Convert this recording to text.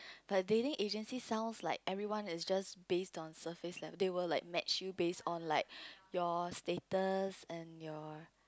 but dating agency sounds like everyone is just based on surface level they will like match you based on like your status and your